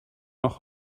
noch